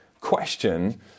question